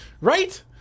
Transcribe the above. right